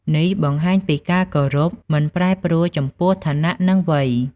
នេះបង្ហាញពីការគោរពមិនប្រែប្រួលចំពោះឋានៈ និងវ័យ។